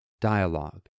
dialogue